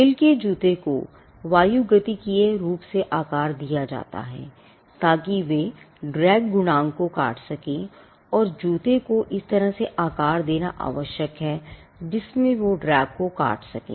खेल के जूते को वायुगतिकीय को काट सकें